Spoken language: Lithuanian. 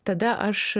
tada aš